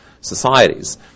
societies